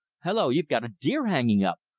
hullo! you've got a deer hanging up.